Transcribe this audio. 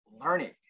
learning